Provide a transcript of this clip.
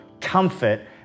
comfort